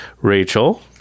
Rachel